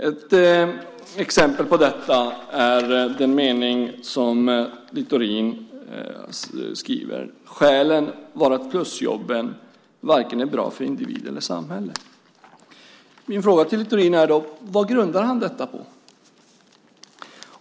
Ett exempel på detta är den mening som Littorin skriver: "Skälen var att plusjobben varken är bra för individ eller samhälle." Min fråga till Littorin är då: Vad grundar han detta på?